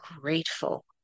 grateful